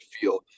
feel